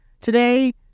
today